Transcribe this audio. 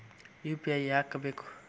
UPI ಯಾಕ್ ಬೇಕು?